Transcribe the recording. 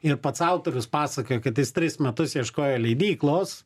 ir pats autorius pasakoja kad jis tris metus ieškojo leidyklos